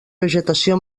vegetació